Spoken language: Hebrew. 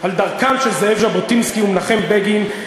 על דרכם של זאב ז'בוטינסקי ומנחם בגין,